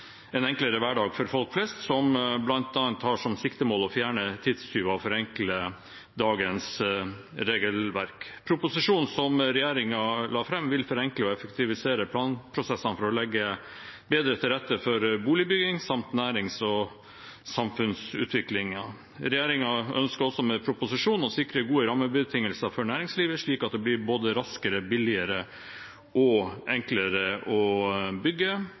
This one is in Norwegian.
en enklere hverdag for folk flest, som bl.a. har som siktemål å fjerne tidstyver og forenkle dagens regelverk. Proposisjonen som regjeringen la fram, vil forenkle og effektivisere planprosessene for å legge bedre til rette for boligbygging samt nærings- og samfunnsutviklingen. Regjeringen ønsker også med proposisjonen å sikre gode rammebetingelser for næringslivet slik at det blir både raskere, billigere og enklere å bygge,